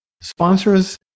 sponsors